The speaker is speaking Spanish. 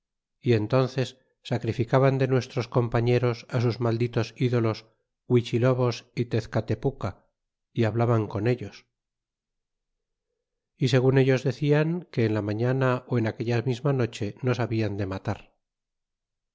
y entánces sacrificaban de nuestros compañeros sus malditos ídolos huichilobos y tezcatepuca y hablaban con ellos y segun ellos decian que en la mañana á en aquella misma noche nos hablan de matar